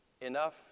enough